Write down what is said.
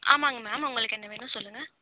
ஆமாம்ங்க மேம் உங்களுக்கு என்ன வேணும் சொல்லுங்கள்